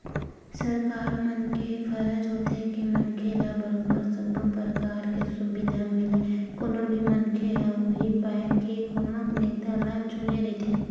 सरकार मन के फरज होथे के मनखे ल बरोबर सब्बो परकार के सुबिधा मिलय कोनो भी मनखे ह उहीं पाय के कोनो नेता ल चुने रहिथे